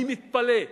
אני מתפלא,